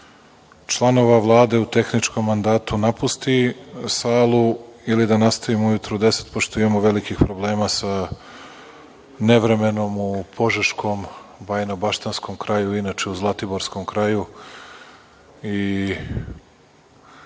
članova Vlade u tehničkom mandatu napusti salu ili da nastavimo ujutru u deset časova, pošto imamo velikih problema sa nevremenom u Požeškom, Bajnobaštanskom kraju i inače u Zlatiborskom kraju.